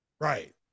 right